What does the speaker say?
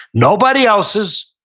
nobody else's.